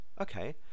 okay